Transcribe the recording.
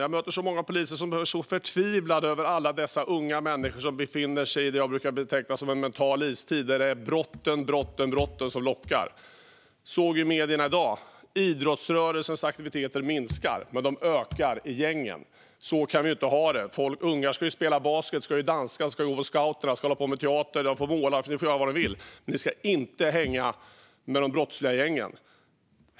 Jag möter många poliser som är förtvivlade över alla de unga människor som befinner sig i det jag brukar beteckna som en mental istid, där det bara är brotten som lockar. Vi kan se i medierna i dag att idrottsrörelsens aktiviteter minskar, men de ökar i gängen. Så kan vi inte ha det. Ungar ska spela basket, dansa, gå på scouterna eller hålla på med teater. De får måla eller göra vad de vill, men de ska inte hänga med de brottsliga gängen.